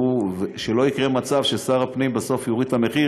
כדי שלא יקרה מצב ששר הפנים בסוף יוריד את המחיר